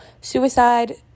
suicide